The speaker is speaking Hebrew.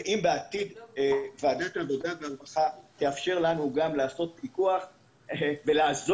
ואם בעתיד ועדת העבודה והרווחה תאפשר לנו גם לעשות פיקוח ולעזור